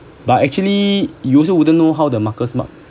but actually you also wouldn't know how the markers mark